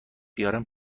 بیارم